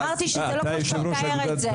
אמרתי שזה לא כמו שאתה מתאר את זה.